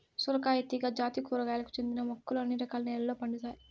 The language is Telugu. సొరకాయ తీగ జాతి కూరగాయలకు చెందిన మొక్కలు అన్ని రకాల నెలల్లో పండుతాయి